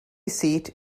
seat